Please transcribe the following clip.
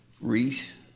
Reese